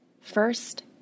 First